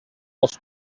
els